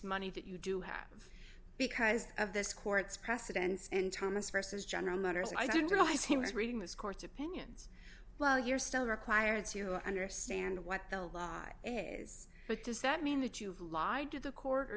money that you do have because of this court's precedents and thomas versus general motors i didn't realize he was reading this court's opinions well you're still required to understand what the law is but does that mean that you've lied to the court or